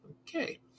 okay